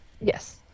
Yes